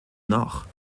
noch